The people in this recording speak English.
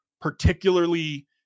particularly